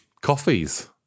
coffees